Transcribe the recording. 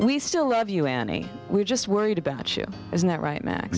we still love you any we just worried about you isn't that right ma